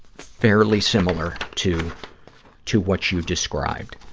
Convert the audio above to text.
fairly similar to to what you described.